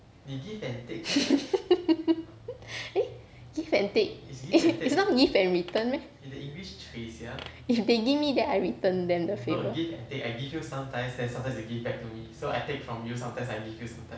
eh is not give and return meh if they give me that I return them the favour